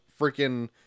freaking